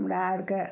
हमरा अरके